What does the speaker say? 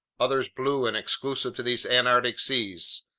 others blue and exclusive to these antarctic seas,